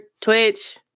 Twitch